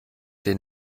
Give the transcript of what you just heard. den